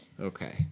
Okay